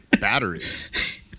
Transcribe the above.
batteries